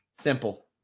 Simple